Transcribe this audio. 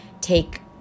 take